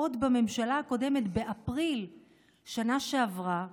עוד בממשלה הקודמת, באפריל בשנה שעברה,